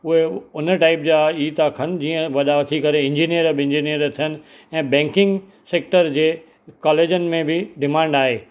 उहे हुन टाइप जा ई था खनि जीअं वॾा थी करे इंजीनियर बिंजीनियर थियनि ऐं बैंकिंग सैक्टर जे कॉलेजनि में बि डिमांड आहे